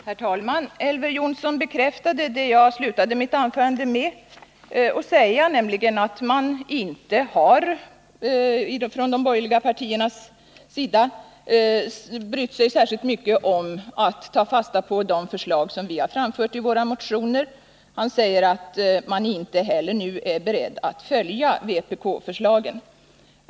Herr talman! Elver Jonsson bekräftade det jag sade i slutet av mitt anförande, nämligen att man inte från de borgerliga partiernas sida har brytt sig särskilt mycket om att ta fasta på de förslag som vi framfört i våra motioner. Han sade att man inte heller nu är beredd att följa vpk:s förslag.